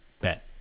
Bet